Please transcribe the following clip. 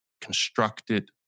constructed